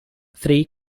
three